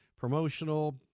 promotional